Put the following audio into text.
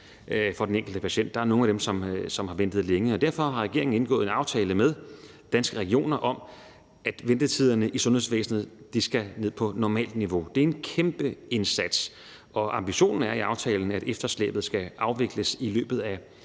for den enkelte patient, er der nogle af de patienter, som har ventet længe. Og derfor har regeringen indgået en aftale med Danske Regioner om, at ventetiderne i sundhedsvæsenet skal ned på normalt niveau. Det er en kæmpe indsats, og ambitionen i aftalen er, at efterslæbet skal afvikles i løbet af